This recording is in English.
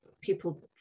people